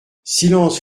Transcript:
silence